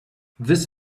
this